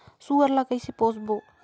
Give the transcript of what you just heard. सुअर ला कइसे पोसबो?